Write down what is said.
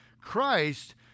Christ